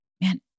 man